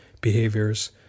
behaviors